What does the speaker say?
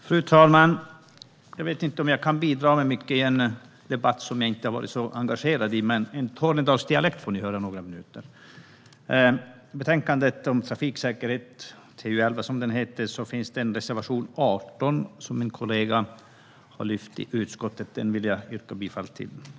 Fru talman! Jag vet inte om jag kan bidra med mycket i en debatt som jag inte har varit så engagerad i, men ni får i alla fall höra min tornedalsdialekt i några minuter. I betänkandet om trafiksäkerhet, TU11, finns det en reservation 18 som min kollega har lyft i utskottet. Den vill jag yrka bifall till.